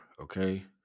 okay